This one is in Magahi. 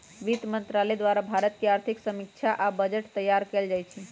वित्त मंत्रालय द्वारे भारत के आर्थिक समीक्षा आ बजट तइयार कएल जाइ छइ